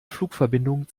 flugverbindung